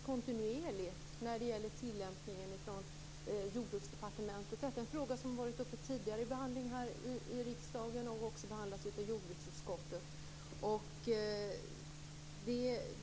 tillämpningen av denna kontinuerligt av Jordbruksdepartementet. Detta är en fråga som har varit uppe till behandling tidigare i riksdagen, och den har också behandlats av jordbruksutskottet.